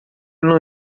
não